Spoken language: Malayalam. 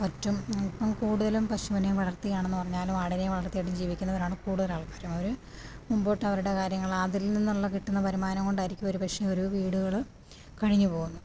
പറ്റും ഇപ്പോള് കൂടുതലും പശുവിനെ വളർത്തി ആണെന്ന് പറഞ്ഞാലും ആടിനെ വളർത്തി ഒക്കെ ജീവിക്കുന്നവരാണ് കൂടുതല് ആൾക്കാരും അവര് മുമ്പോട്ടവരുടെ കാര്യങ്ങൾ അതിൽ നിന്നുള്ള കിട്ടുന്ന വരുമാനം കൊണ്ടായിരിക്കും ഒരുപക്ഷെ ഓരോ വീടുകള് കഴിഞ്ഞുപോകുന്നത്